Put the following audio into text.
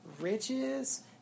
Riches